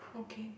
okay